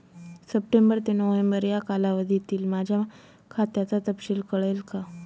September ते November या कालावधीतील माझ्या खात्याचा तपशील कळेल का?